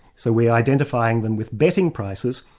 so we're identifying them with betting prices,